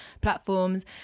platforms